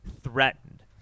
threatened